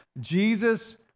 Jesus